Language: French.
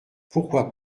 pourquoi